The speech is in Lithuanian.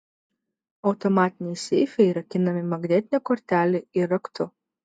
automatiniai seifai rakinami magnetine kortele ir raktu